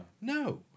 No